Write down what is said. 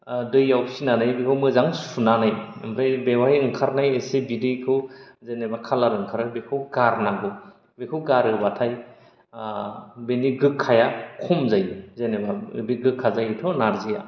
दैआव फिनानै बेखौ मोजां सुनानै ओमफ्राय बेवहाय ओंखारनाय एसे बिदैखौ जेनेबा खालार ओंखारो बेखौ गारनांगौ बेखौ गारोबाथाय ओ बेनि गोखाया खम जायो जेनेबा बे गोखा जायोथ' नारजिआ